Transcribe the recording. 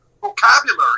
vocabulary